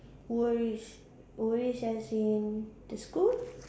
worries worries as in the school